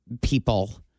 people